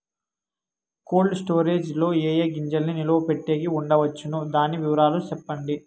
Cold storage లో ఏ ఏ గింజల్ని నిలువ పెట్టేకి ఉంచవచ్చును? దాని వివరాలు సెప్పండి?